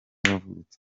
yavutse